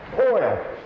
Oil